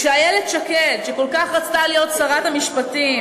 כשאיילת שקד, שכל כך רצתה להיות שרת המשפטים,